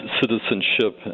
citizenship